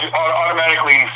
automatically